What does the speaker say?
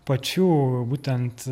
pačių būtent